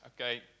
okay